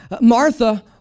Martha